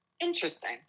Interesting